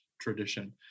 tradition